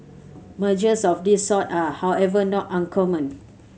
mergers of this sort are however not uncommon